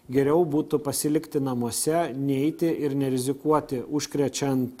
geriau būtų pasilikti namuose neiti ir nerizikuoti užkrečiant